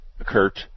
Kurt